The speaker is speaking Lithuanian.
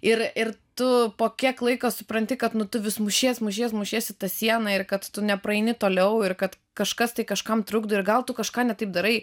ir ir tu po kiek laiko supranti kad nu tu vis mušies mušiesi mušies į tą sieną ir kad tu nepraeini toliau ir kad kažkas tai kažkam trukdo ir gal tu kažką ne taip darai